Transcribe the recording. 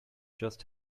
just